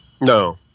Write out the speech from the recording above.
No